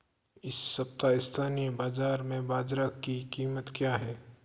इस सप्ताह स्थानीय बाज़ार में बाजरा की कीमत क्या है?